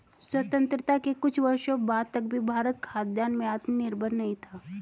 स्वतंत्रता के कुछ वर्षों बाद तक भी भारत खाद्यान्न में आत्मनिर्भर नहीं था